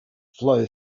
flow